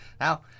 Now